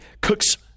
cooks